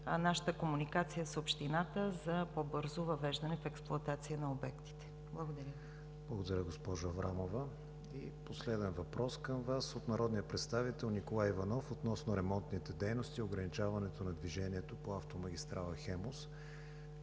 нашата комуникация с Общината за по-бързо въвеждане в експлоатация на обектите. Благодаря Ви. ПРЕДСЕДАТЕЛ КРИСТИАН ВИГЕНИН: Благодаря, госпожо Аврамова. Последен въпрос към Вас от народния представител Николай Иванов относно ремонтните дейности и ограничаването на движението по автомагистрала „Хемус“.